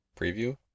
Preview